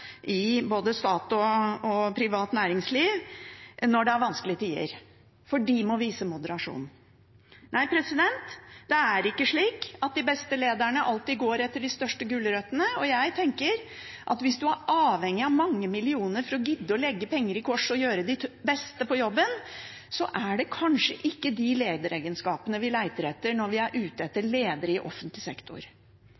ansatte både i staten og i privat næringsliv når det er vanskelige tider, for de må vise moderasjon. Nei, det er ikke slik at de beste lederne alltid går etter de største gulrøttene. Jeg tenker at hvis en er avhengig av mange millioner for å gidde å legge penger i kors og gjøre sitt beste på jobben, er det kanskje ikke de lederegenskapene vi leter etter når vi er ute etter